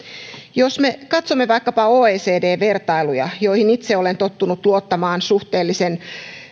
jos me katsomme vaikkapa oecd vertailuja joihin itse olen tottunut luottamaan suhteellisen